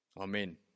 Amen